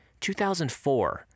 2004